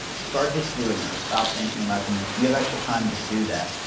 start just doing those. stop thinking about them, and if you have extra time, just do that,